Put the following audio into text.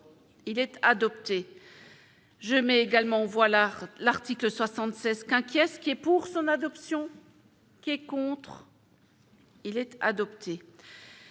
il est adopté. Je mais également on voit l'art, l'article 76 qu'inquiet, ce qui est pour son adoption. Qui est contre. Il est adopté.